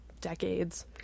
decades